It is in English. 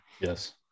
Yes